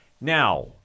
Now